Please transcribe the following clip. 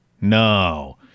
No